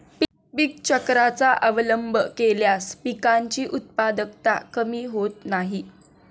पीक चक्राचा अवलंब केल्यास पिकांची उत्पादकता कमी होत नाही